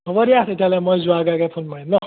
হ'ব দিয়া তেতিয়াহ'লে মই যোৱাৰ আগে আগে ফোন মাৰিম ন